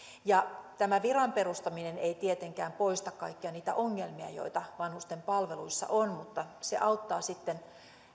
tämä viran perustaminen ei tietenkään poista kaikkia niitä ongelmia joita vanhusten palveluissa on mutta se auttaa sitten